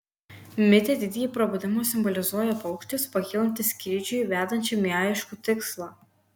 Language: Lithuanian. mite didįjį prabudimą simbolizuoja paukštis pakylantis skrydžiui vedančiam į aiškų tikslą